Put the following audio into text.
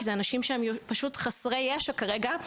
כי זה אנשים שהם פשוט חסרי ישע כרגע,